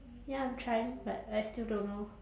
ya I'm trying but I still don't know